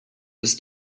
ist